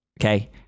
Okay